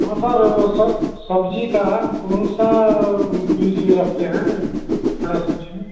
हाँ सर वह स सब्ज़ी का कौन सा बीज रखते हैं हरी सब्ज़ी में